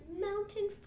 mountain